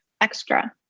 extra